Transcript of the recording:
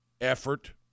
effort